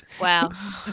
Wow